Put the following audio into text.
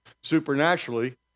supernaturally